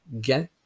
get